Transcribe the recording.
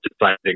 deciding